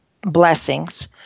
blessings